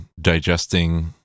digesting